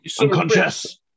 unconscious